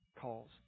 calls